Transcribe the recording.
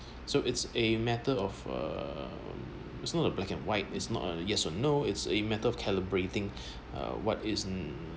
so it's a matter of uh it's not a black and white is not a yes or no it's a matter of calibrating uh what is hmm